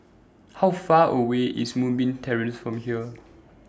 How Far away IS Moonbeam Terrace from here